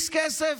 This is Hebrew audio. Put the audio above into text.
x כסף?